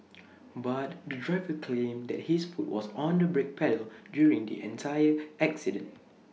but the driver claimed that his foot was on the brake pedal during the entire accident